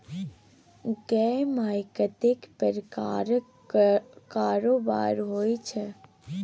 गै माय कतेक प्रकारक कारोबार होइत छै